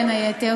בין היתר,